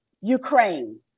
Ukraine